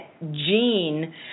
gene